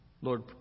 Lord